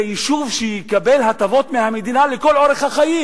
וזה יישוב שיקבל הטבות מהמדינה לכל החיים.